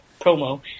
promo